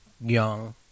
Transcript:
young